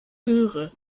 göre